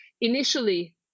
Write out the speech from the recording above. Initially